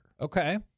Okay